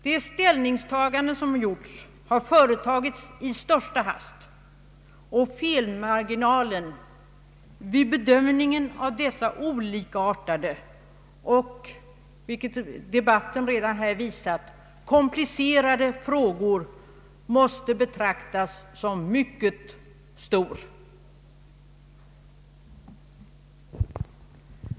De ställningstaganden som gjorts har företagits i största hast, och felmarginalen vid bedömningen av dessa olikartade och, vilket debatten visat, komplicerade frågor måste betraktas som mycket stor.